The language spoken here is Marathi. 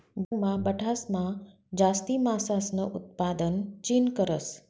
जगमा बठासमा जास्ती मासासनं उतपादन चीन करस